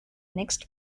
next